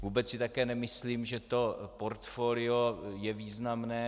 Vůbec si také nemyslím, že to portfolio je významné.